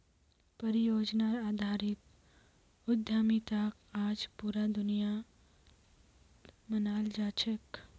परियोजनार आधारित उद्यमिताक आज पूरा दुनियात मानाल जा छेक